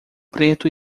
preto